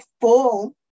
full